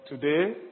Today